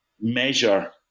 measure